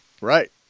Right